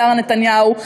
למרבה צערה של שרה נתניהו,